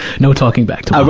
no talking back to but